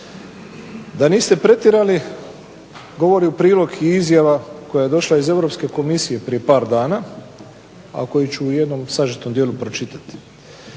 Da niste pretjerali govori u prilog i izjava koja je došla iz Europske komisije prije par dana a koju ću u jednom sažetom dijelu pročitati.